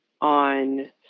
on